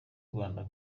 rwanda